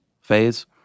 phase